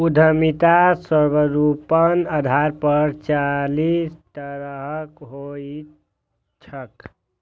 उद्यमिता स्वरूपक आधार पर चारि तरहक होइत छैक